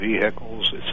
vehicles